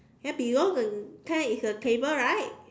then below the tent is a table right